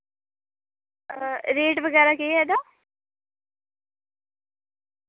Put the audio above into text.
rate वगैरा केह् ऐ इ'दा